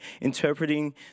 interpreting